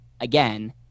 again